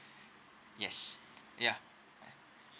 yes ya